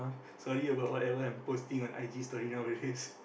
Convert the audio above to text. sorry about whatever I'm posting on i_g stories nowadays